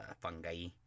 fungi